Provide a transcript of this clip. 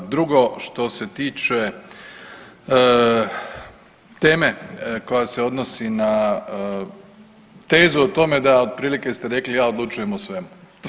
Drugo, što se tiče teme koja se odnosi na tezu o tome da otprilike ste rekli ja odlučujem o svemu.